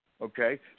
Okay